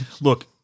Look